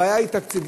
הבעיה היא תקציבית.